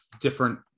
different